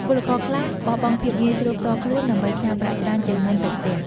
ពលករខ្លះបោះបង់ភាពងាយស្រួលផ្ទាល់ខ្លួន ដើម្បីផ្ញើប្រាក់ច្រើនជាងមុនទៅផ្ទះ។